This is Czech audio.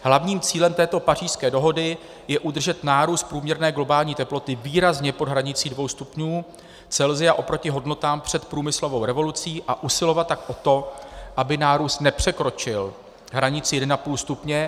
Hlavním cílem této Pařížské dohody je udržet nárůst průměrné globální teploty výrazně pod hranicí 2 °C oproti hodnotám před průmyslovou revolucí a usilovat tak o to, aby nárůst nepřekročil hranici 1,5 stupně.